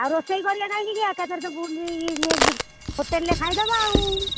ଆଉ ରୋଷେଇ କରିବା ନାହିଁ କି ଏକାଥରେ ତ ହୋଟେଲ୍ରେ ଖାଇଦେବା ଆଉ